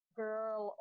girl